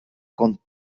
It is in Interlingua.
con